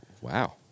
Wow